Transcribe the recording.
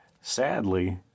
Sadly